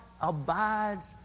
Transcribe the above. abides